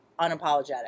unapologetic